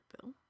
Bill